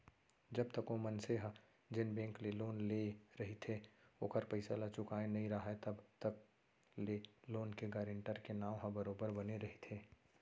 जब तक ओ मनसे ह जेन बेंक ले लोन लेय रहिथे ओखर पइसा ल चुकाय नइ राहय तब तक ले लोन के गारेंटर के नांव ह बरोबर बने रहिथे